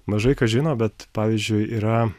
mažai kas žino bet pavyzdžiui yra